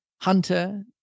Hunter